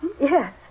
Yes